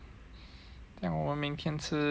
then 我们每天吃